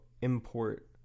import